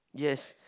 yes